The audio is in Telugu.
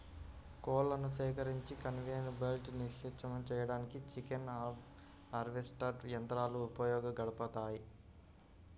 కోళ్లను సేకరించి కన్వేయర్ బెల్ట్పై నిక్షిప్తం చేయడానికి చికెన్ హార్వెస్టర్ యంత్రాలు ఉపయోగపడతాయి